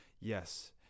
Yes